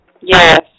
Yes